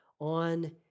on